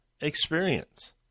experience